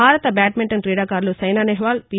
భారత బ్యిడ్మింటన్ క్రీడాకారులు సైనా నెహ్వాల్ పి